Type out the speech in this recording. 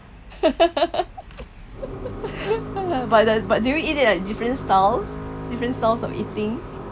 but that but do you eat it like different styles different styles of eating